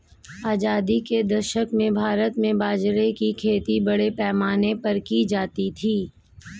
आजादी के दशक में भारत में बाजरे की खेती बड़े पैमाने पर की जाती थी